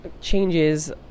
changes